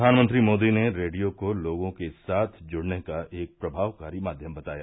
प्रधानमंत्री मोदी ने रेडियो को लोगों के साथ जुड़ने का एक प्रभावकारी माध्यम बताया